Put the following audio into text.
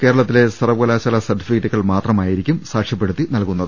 കേരളത്തിലെ സർവകലാശാലാ ് സർടിഫിക്കറ്റുകൾ മാത്രമായി രിക്കും സാക്ഷ്യപ്പെടുത്തി നൽകുന്നത്